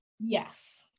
Yes